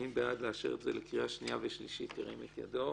מי בעד לאשר את זה לקריאה שנייה ושלישית ירים את ידו.